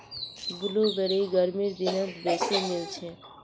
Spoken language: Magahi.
ब्लूबेरी गर्मीर दिनत बेसी मिलछेक